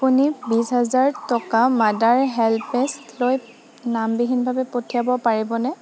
আপুনি বিশ হাজাৰ টকা মাডাৰ হেল্পএজলৈ নামবিহীনভাৱে পঠিয়াব পাৰিবনে